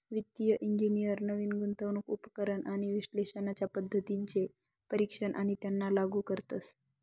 वित्तिय इंजिनियर नवीन गुंतवणूक उपकरण आणि विश्लेषणाच्या पद्धतींचे परीक्षण आणि त्यांना लागू करतात